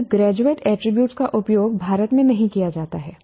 शब्द graduate attribute का उपयोग भारत में नहीं किया जाता है